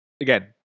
Again